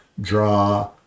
draw